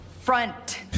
Front